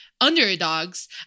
underdogs